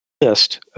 list